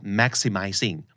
maximizing